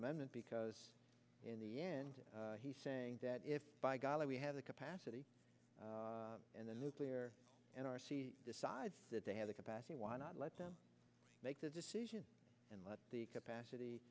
amendment because in the end he saying that if by golly we have the capacity and the nuclear and decides that they have the capacity why not let them make the decision and let the capacity